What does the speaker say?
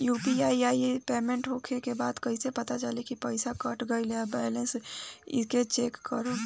UPI ID से payment होला के बाद कइसे पता चली की पईसा कट गएल आ बैलेंस कइसे चेक करम?